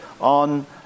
on